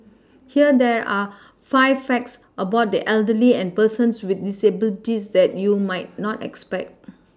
here there are five facts about the elderly and persons with disabilities that you might not expect